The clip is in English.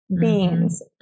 beans